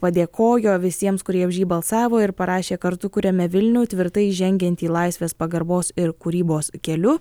padėkojo visiems kurie už jį balsavo ir parašė kartu kuriame vilnių tvirtai žengiantį laisvės pagarbos ir kūrybos keliu